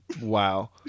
Wow